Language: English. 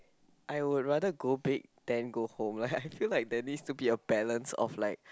I would rather go big then go home I feel like that needs to be a balance of like